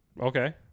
okay